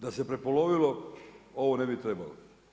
Da se prepolovilo ovo ne bi trebalo.